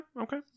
Okay